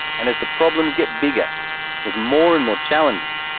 and as the problems get bigger with more and more challenges,